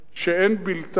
שאין בלתה,